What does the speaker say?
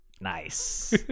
Nice